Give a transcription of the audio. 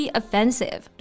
offensive